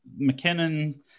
McKinnon